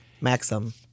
Maxim